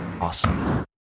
awesome